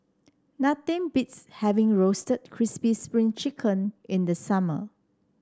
nothing beats having Roasted Crispy Spring Chicken in the summer